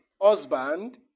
husband